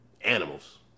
animals